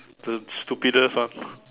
the stupidest one